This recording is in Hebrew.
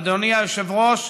אדוני היושב-ראש,